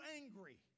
angry